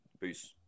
Peace